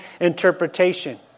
interpretation